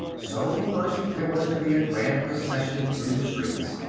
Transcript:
so first there was to be a grand procession through the streets,